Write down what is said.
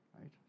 right